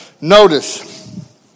Notice